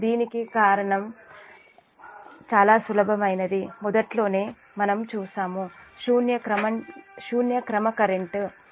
దీనికి కారణం చాలా సులభమైనది మొదట్లోనే మనం చూశాము శూన్య క్రమ కరెంట్ Ia0 0